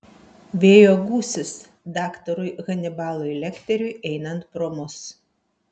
vėjo gūsis daktarui hanibalui lekteriui einant pro mus